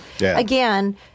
again